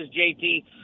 JT